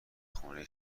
خونه